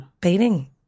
beating